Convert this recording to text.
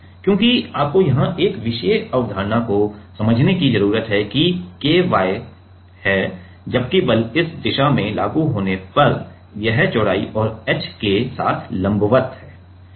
क्योंकि आपको यहां एक विशेष अवधारणा को समझने की जरूरत है जो कि Ky है जबकि बल इस दिशा में लागू होने पर यह चौड़ाई और h के साथ लंबवत है